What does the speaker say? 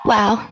Wow